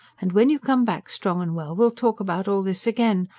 and when you come back strong and well we'll talk about all this again.